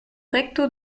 recto